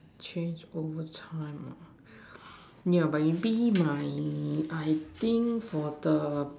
change over time yeah but you think my I think for the